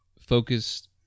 focused